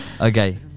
Okay